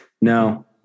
no